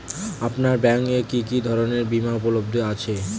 আপনার ব্যাঙ্ক এ কি কি ধরনের বিমা উপলব্ধ আছে?